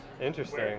Interesting